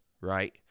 right